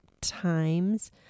times